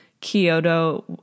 Kyoto